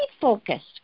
focused